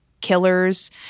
killers